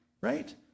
right